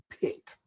pick